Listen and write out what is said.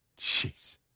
Jeez